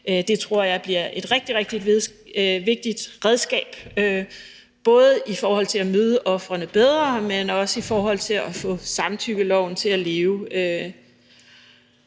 Det tror jeg bliver et rigtig, rigtig vigtigt redskab, både i forhold til at møde ofrene bedre, men også i forhold til at få samtykkeloven til at leve.